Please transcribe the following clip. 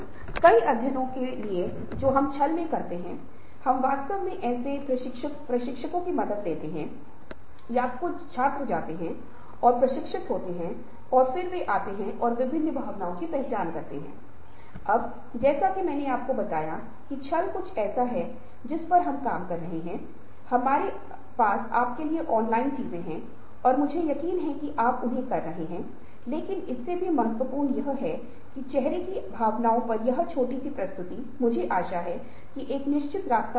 इसलिए नियोजन की योजना को परिवर्तन के लिए किया जाना चाहिए और फिर परिवर्तन के क्रियान्वयन या कार्यान्वयन के लिए उचित कदम उठाए जाने चाहिए और परिवर्तन किए जाने के बाद तब परिवर्तन का मूल्यांकन होना चाहिए कि क्या आप सफलतापूर्वक परिवर्तन प्रबंधन करने में सक्षम है